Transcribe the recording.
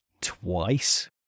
twice